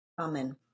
Amen